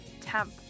temp